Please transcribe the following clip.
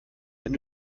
wenn